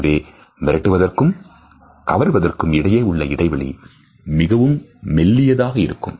எனவே மிரட்டு வருவதற்கும் கவருவதற்கும் இடையே உள்ள இடைவெளி மிகவும் மெல்லியதாக இருக்கும்